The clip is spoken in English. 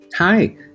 Hi